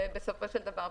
ובסופו של דבר,